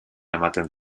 ematen